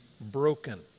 broken